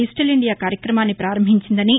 digital India కార్యక్రమాన్ని పారంభించిందని